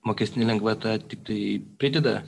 mokestinė lengvata tiktai prideda